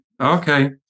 Okay